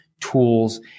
tools